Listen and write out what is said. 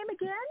again